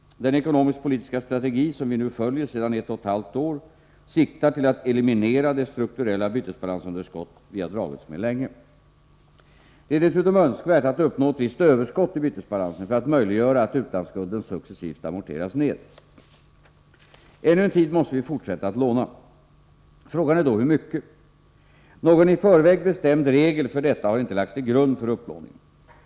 Den ekonomisk-politiska strategi som vi nu följer sedan ett och ett halvt år siktar till att eliminera det strukturella bytesbalansunderskott vi dragits med länge. Det är dessutom önskvärt att uppnå ett visst överskott i bytesbalansen för att möjliggöra att utlandsskulden successivt amorteras ned. Ännu en tid måste vi fortsätta att låna. Frågan är då hur mycket. Någon i förväg bestämd regel för detta har inte lagts till grund för upplåningen.